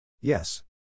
Yes